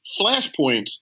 flashpoints